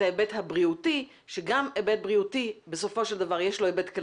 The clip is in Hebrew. ההיבט הבריאותי כאשר גם היבט בריאותי,